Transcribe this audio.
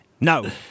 No